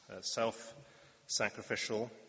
self-sacrificial